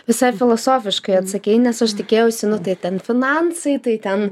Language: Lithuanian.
visai filosofiškai atsakei nes aš tikėjausi nu tai ten finansai tai ten